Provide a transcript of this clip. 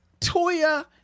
Toya